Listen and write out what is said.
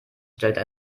stellte